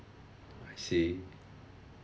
I see